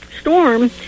storm